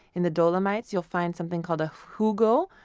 in the dolomites, you'll find something called a hugo,